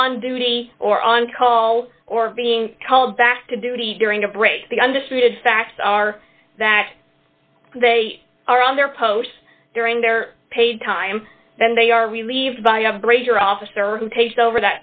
on duty or on call or being called back to duty during a break the understated facts are that they are on their posts during their paid time and they are relieved by brazier officer who takes over